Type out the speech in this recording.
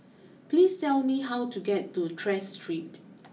please tell me how to get to Tras Street